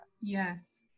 yes